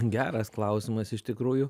geras klausimas iš tikrųjų